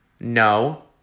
No